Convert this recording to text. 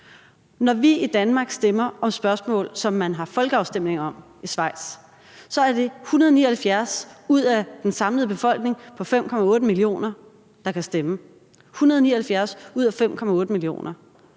Når vi i Danmark stemmer om spørgsmål, som de stemmer om ved en folkeafstemning i Schweiz, er det 179 ud af en samlet befolkning på 5,8 millioner, der kan stemme – altså 179 ud af 5,8 millioner.